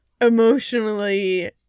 emotionally